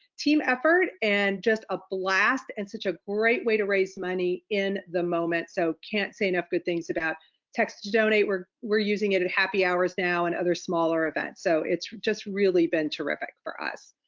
team effort and just a blast and such a great way to raise money in the moment. so can't say enough good things about text to donate. we're we're using it at happy hours now and other smaller events. so it's just really been terrific for us.